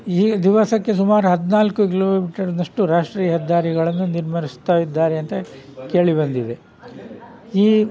ಈ ದಿವಸಕ್ಕೆ ಸುಮಾರು ಹದಿನಾಲ್ಕು ಕಿಲೋ ಮೀಟರ್ನಷ್ಟು ರಾಷ್ಟ್ರೀಯ ಹೆದ್ದಾರಿಗಳನ್ನು ನಿರ್ಮಿಸ್ತಾ ಇದ್ದಾರೆ ಅಂತ ಕೇಳಿ ಬಂದಿದೆ ಈ